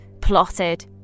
plotted